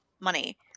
Money